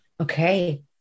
Okay